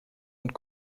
und